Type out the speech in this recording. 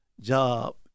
job